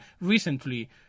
recently